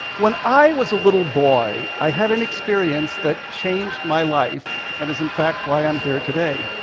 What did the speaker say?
when i was a little boy, i had an experience that changed my life, and is in fact why i'm here today.